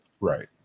Right